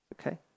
Okay